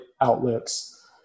outlets